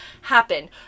happen